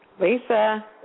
Lisa